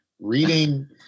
Reading